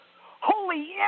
holy